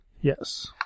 yes